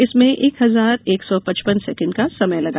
इसमें एक हजार एक सौ पचपन सेकण्ड का समय लगा